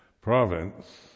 province